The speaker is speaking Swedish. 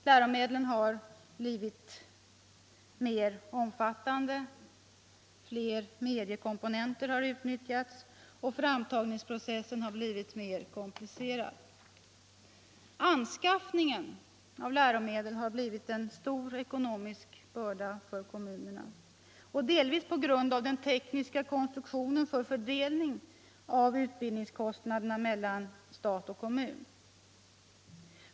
Läromedlen har blivit mer omfattande, fler mediekomponenter har utnyttjats, och framtagningsprocessen har blivit mer komplicerad. Anskaffningen av läromedel har blivit en stor ekonomisk börda för kommunerna delvis på grund av den tekniska konstruktionen för fördelningen av utbildningskostnaderna mellan stat och kommun.